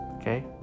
Okay